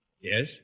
Yes